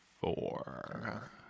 four